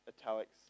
italics